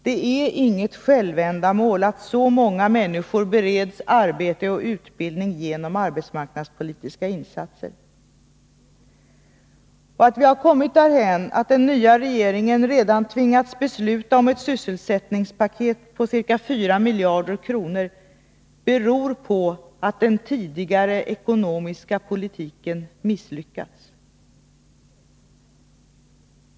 Det är inget självändamål att så många människor bereds arbete och utbildning genom arbetsmarknadspolitiska insatser. Att vi har kommit därhän att den nya regeringen redan tvingats besluta om ett sysselsättningspaket på ca 4 miljarder kronor beror på att den tidigare ekonomiska politiken misslyckats.